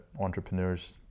entrepreneurs